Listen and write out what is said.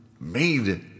made